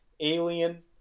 alien